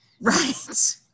Right